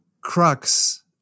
crux